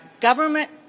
government